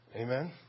Amen